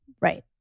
right